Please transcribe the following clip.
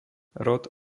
rod